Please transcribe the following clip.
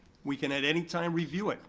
we can at any time review it.